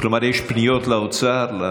כלומר, יש פניות לאוצר?